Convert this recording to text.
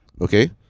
Okay